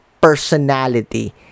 personality